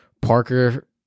Parker